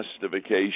justification